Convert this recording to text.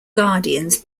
guardians